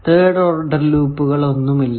third order ലൂപ്പുകൾ ഒന്നും ഇല്ല